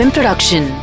Production